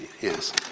Yes